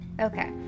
Okay